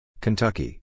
Kentucky